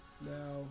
now